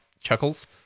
Chuckles